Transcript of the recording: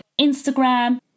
Instagram